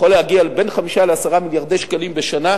זה יכול להגיע בין 5 ל-10 מיליארדי שקלים בשנה,